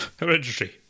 registry